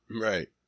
Right